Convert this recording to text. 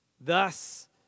Thus